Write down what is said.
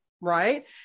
right